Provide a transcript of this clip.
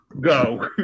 go